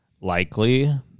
likely